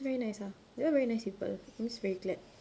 very nice ah they all very nice people I'm just very glad